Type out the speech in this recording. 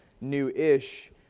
new-ish